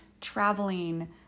traveling